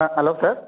ah hello sir